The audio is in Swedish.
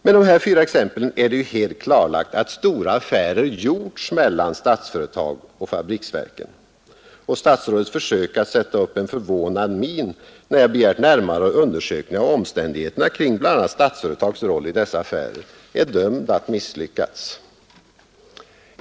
Med dessa exempel är det helt klarlagt att stora affärer gjorts mellan Statsföretag och fabriksverken. Och statsrådets försök att sätta upp en förvånad min när jag begärt närmare undersökningar av omständigheterna kring bl.a. Statsföretags roll i dessa affärer är dömt att misslyckas.